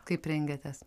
kaip rengiatės